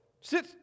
sit